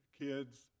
kids